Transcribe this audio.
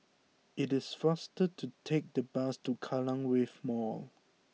it is faster to take the bus to Kallang Wave Mall